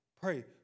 Pray